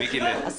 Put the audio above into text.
בהחלט.